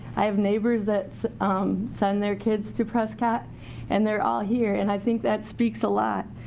i have neighbors that send their kids to prescott and they're all here. and i think that speaks a lot.